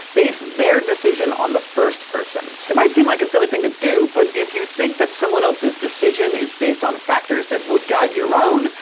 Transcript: base their decision on the first person's. it might seem like a silly thing to do, but if you think that someone else's decision is based on factors that would guide your own,